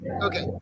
Okay